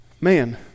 Man